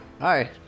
Hi